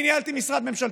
אני ניהלתי משרד ממשלתי,